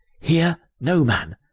hear no man,